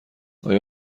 آیا